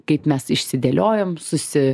kaip mes išsidėliojom susi